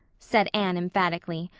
said anne emphatically.